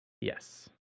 yes